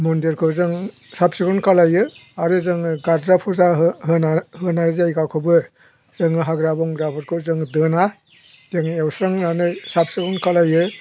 मन्दिरखौ जों साब सिखोन खालामो आरो जोङो गारजा फुजा होनाय जायगाखौबो जोङो हाग्रा बंग्राफोरखौ जोङो दोना जोङो एवस्रांनानै साब सिखोन खालामो